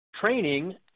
training